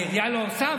העירייה לא עושה?